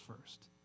first